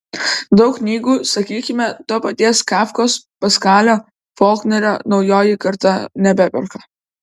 daug knygų sakykime to paties kafkos paskalio folknerio jaunoji karta nebeperka